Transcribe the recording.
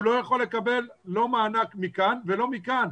הוא לא יכול לקבל לא מענק מכאן ולא מכאן,